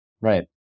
Right